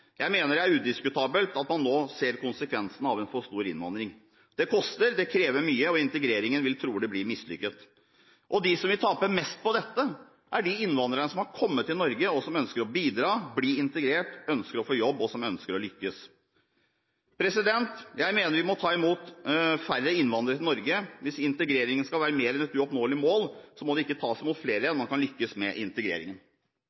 Jeg mener det er udiskutabelt at man nå ser konsekvensen av en for stor innvandring. Det koster, det krever mye, og integreringen vil trolig bli mislykket. De som vil tape mest på dette, er de innvandrerne som har komme til Norge, og som ønsker å bidra, bli integrert, få jobb og lykkes. Jeg mener vi må ta imot færre innvandrere til Norge. Hvis integreringen skal være mer enn et uoppnåelig mål, må det ikke tas imot flere